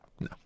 No